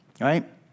right